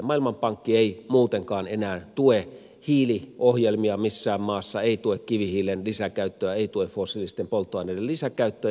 maailmanpankki ei muutenkaan enää tue hiiliohjelmia missään maassa ei tue kivihiilen lisäkäyttöä ei tue fossiilisten polttoaineiden lisäkäyttöä